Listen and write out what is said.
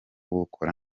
bukora